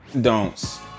Don'ts